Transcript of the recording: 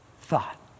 thought